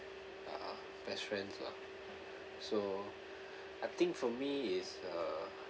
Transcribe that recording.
uh best friends lah so I think for me is uh